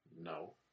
No